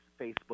Facebook